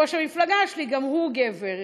וראש המפלגה שלי גם הוא גבר,